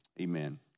amen